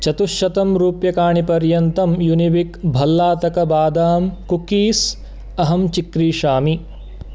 चतुश्शतरूप्यकाणि पर्यन्तं यूनिबिक् भल्लातकबादाम् कुक्कीस् अहं चिक्रीषामि